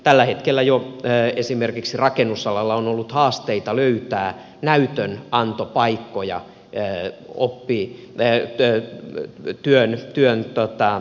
tällä hetkellä jo esimerkiksi rakennusalalla on ollut haasteita löytää näytönantopaikkoja opintojen loppuun saattamiseksi